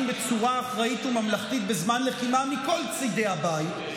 בצורה אחראית וממלכתית בזמן לחימה מכל צידי הבית,